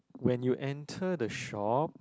when you enter the shop